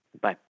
Bye